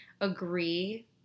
agree